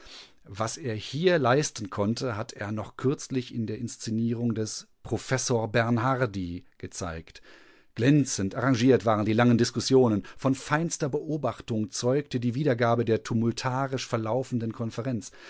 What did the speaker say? was er hier leisten konnte hat er noch kürzlich in der inszenierung des professor bernhardi gezeigt glänzend arrangiert waren die langen diskussionen von feinster beobachtung zeugte die wiedergabe der tumultarisch verlaufenden konferenz